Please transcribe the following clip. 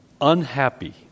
unhappy